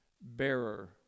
bearer